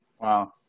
wow